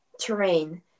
terrain